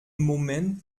moment